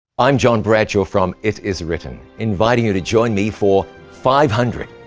i'm john bradshaw from it is written, inviting you to join me for five hundred,